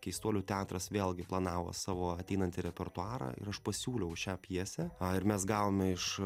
keistuolių teatras vėlgi planavo savo ateinantį repertuarą ir aš pasiūliau šią pjesę a ir mes gavome iš